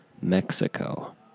Mexico